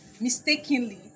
mistakenly